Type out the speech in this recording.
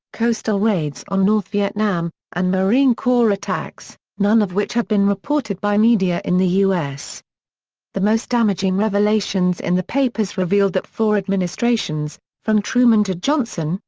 coastal raids on north vietnam, and marine corps attacks, none of which had been reported by media in the us. the most damaging revelations in the papers revealed that four administrations, from truman to johnson,